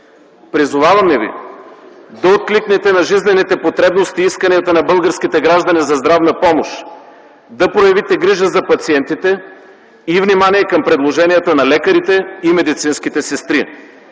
Призоваваме ви да откликнете на жизнените потребности в исканията на българските граждани за здравна помощ, да проявите грижа за пациентите и внимание към предложенията на лекарите и медицинските сестри,